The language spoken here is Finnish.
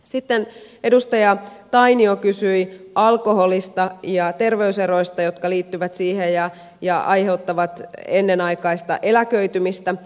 sitten edustaja tainio kysyi alkoholista ja terveyseroista jotka liittyvät siihen ja aiheuttavat ennenaikaista eläköitymistä